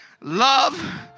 love